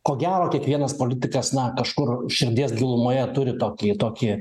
ko gero kiekvienas politikas na kažkur širdies gilumoje turi tokį tokį